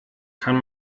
kann